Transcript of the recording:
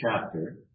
chapter